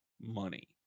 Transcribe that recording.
money